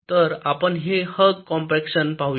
तर आपण हे हग कॉम्पॅक्शन पाहुया